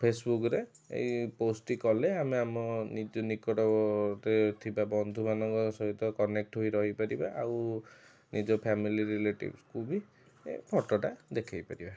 ଫେସବୁକ୍ରେ ଏଇ ପୋଷ୍ଟଟି କଲେ ଆମେ ଆମ ନିଜ ନିକଟରେ ଥିବା ବନ୍ଧୁମାନଙ୍କ ସହିତ କନେକ୍ଟ ହୋଇ ରହିପାରିବା ଆଉ ନିଜ ଫ୍ୟାମିଲି ରିଲେଟିଭସ୍କୁ ବି ଏଇ ଫଟୋଟା ଦେଖାଇ ପାରିବା